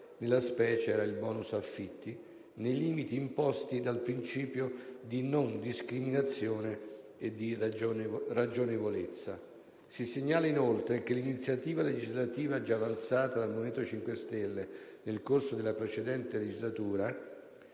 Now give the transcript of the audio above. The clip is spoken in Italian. nella specie era il *bonus* affitti - nei limiti imposti dal principio di non discriminazione e di ragionevolezza. Si segnala inoltre che l'iniziativa legislativa già avanzata dal MoVimento 5 Stelle nel corso della precedente legislatura,